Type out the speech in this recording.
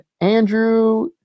Andrew